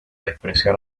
despreciar